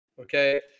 Okay